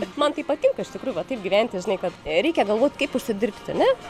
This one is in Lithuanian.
bet man tai patinka iš tikrųjų va taip gyventi žinai kad reikia galvot kaip užsidirbti ne